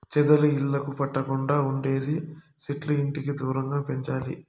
చెదలు ఇళ్లకు పట్టకుండా ఉండేకి సెట్లు ఇంటికి దూరంగా పెంచాలి